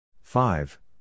five